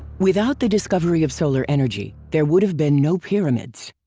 without the discovery of solar energy, there would have been no pyramids.